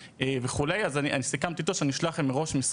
אני אדבר בלי רמקול.